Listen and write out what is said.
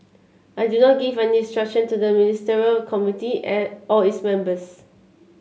I do not give any instruction to the Ministerial Committee and or its members